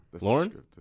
Lauren